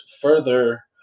further